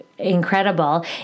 incredible